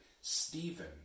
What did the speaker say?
Stephen